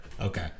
Okay